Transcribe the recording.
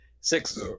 six